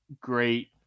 great